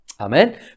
Amen